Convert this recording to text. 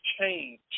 change